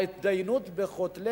ההתדיינות בין כותלי